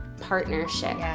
partnership